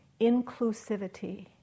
inclusivity